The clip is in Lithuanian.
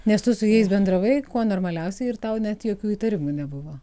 nes tu su jais bendravai kuo normaliausiai ir tau net jokių įtarimų nebuvo